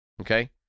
okay